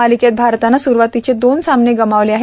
मालिकेत भारतानं सुरूवातीचे दोन सामने गमावले आहेत